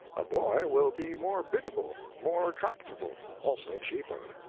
a boy will be more biddable, more tractable also cheaper.